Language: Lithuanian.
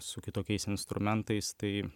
su kitokiais instrumentais tai